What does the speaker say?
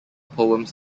poems